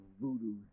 voodoo